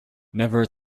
never